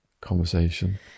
conversation